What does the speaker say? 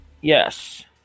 Yes